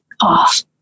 off